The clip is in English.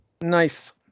Nice